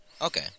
Okay